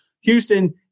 Houston